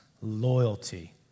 loyalty